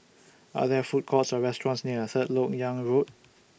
Are There Food Courts Or restaurants near Third Lok Yang Road